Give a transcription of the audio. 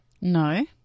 No